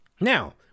Now